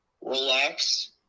relax